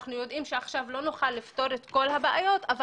אנחנו יודעים שעכשיו לא נוכל לפתור את כל הבעיות אבל